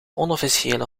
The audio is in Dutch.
onofficiële